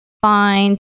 find